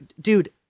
dude